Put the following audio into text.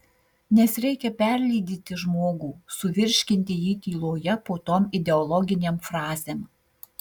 nes reikia perlydyti žmogų suvirškinti jį tyloje po tom ideologinėm frazėm